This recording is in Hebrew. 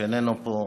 שאיננו פה,